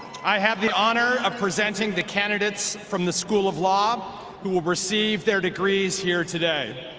i have the honor of presenting the candidates from the school of law who will receive their degrees here today.